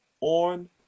on